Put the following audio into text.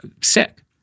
sick